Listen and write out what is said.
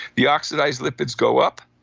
the oxidized lipids go up.